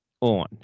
on